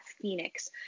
Phoenix